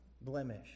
blemish